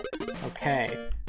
Okay